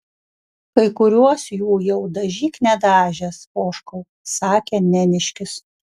kai kuriuos jų jau dažyk nedažęs poškau sakė neniškis